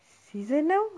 season now